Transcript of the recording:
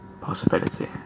possibility